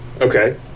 Okay